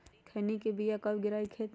खैनी के बिया कब गिराइये खेत मे?